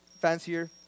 fancier